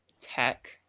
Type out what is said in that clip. Tech